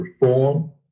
reform